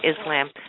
Islam